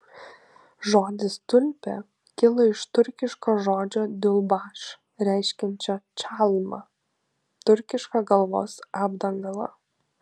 žodis tulpė kilo iš turkiško žodžio diulbaš reiškiančio čalmą turkišką galvos apdangalą